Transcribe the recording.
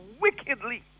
wickedly